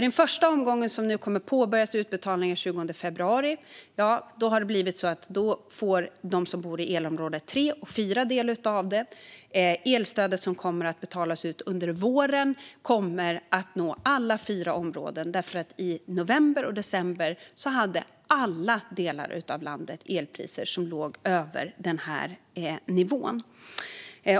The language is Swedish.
I den första omgången, som man nu kommer att påbörja utbetalning av den 20 februari, har det blivit så att de som bor i elområde 3 och 4 får del av detta. Det elstöd som kommer att betalas ut under våren kommer att nå alla fyra områden, för i november och december hade alla delar av landet elpriser som låg över denna nivå.